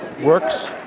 Works